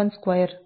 𝜋